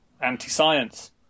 anti-science